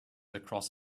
across